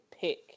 pick